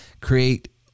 create